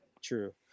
True